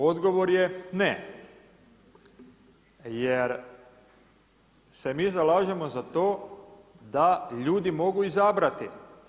Odgovor je ne, jer se mi zalažemo za to da ljudi mogu izabrati.